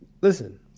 Listen